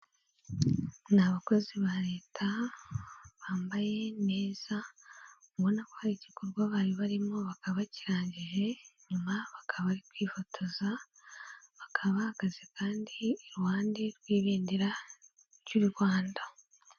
Ni abakozi ba leta bambaye neza, ubona ko hari igikorwa bari barimo bakaba bakirangije nyuma bakaba bari kwifotoza, bakaba bahagaze kandi iruhande rw'ibendera ry'u Rwanda.